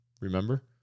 remember